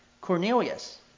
Cornelius